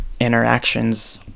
interactions